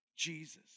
Jesus